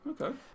Okay